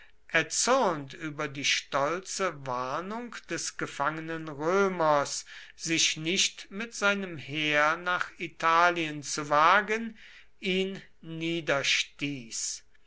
erzürnt über die stolze warnung des gefangenen römers sich nicht mit seinem heer nach italien zu wagen ihn niederstieß